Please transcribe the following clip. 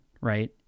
right